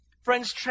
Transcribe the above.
Friends